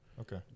Okay